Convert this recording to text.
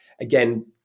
again